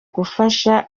gufasha